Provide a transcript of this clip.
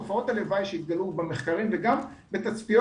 תופעות הלוואי שהתגלו במחקרים וגם בתצפיות